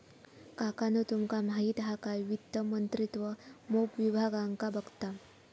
काकानु तुमका माहित हा काय वित्त मंत्रित्व मोप विभागांका बघता